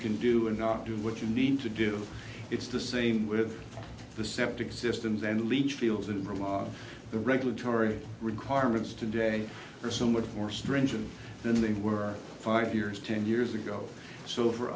can do and not do what you need to do it's the same with the septic systems and leach fields and rely on the regulatory requirements today are somewhat more stringent than they were five years ten years ago so for